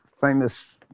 famous